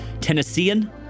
Tennessean